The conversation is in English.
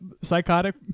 psychotic